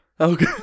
okay